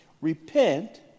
repent